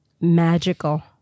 Magical